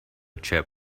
chip